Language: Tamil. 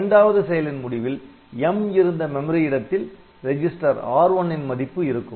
இரண்டாவது செயலின் முடிவில் 'M' இருந்த மெமரி இடத்தில் ரெஜிஸ்டர் R1 ன் மதிப்பு இருக்கும்